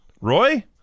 Roy